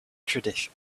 tradition